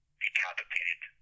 decapitated